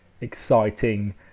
Exciting